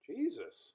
Jesus